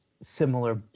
Similar